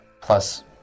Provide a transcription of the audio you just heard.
plus